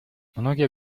многие